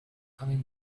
coming